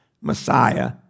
Messiah